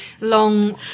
long